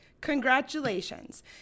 Congratulations